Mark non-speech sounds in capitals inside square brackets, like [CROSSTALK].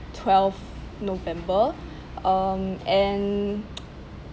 twelfth november um and [NOISE]